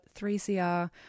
3CR